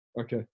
Okay